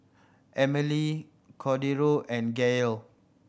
Emelie Cordero and Gael